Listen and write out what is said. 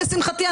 לשמחתי,